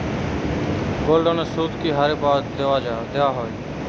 গোল্ডলোনের সুদ কি হারে দেওয়া হয়?